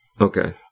Okay